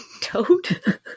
Toad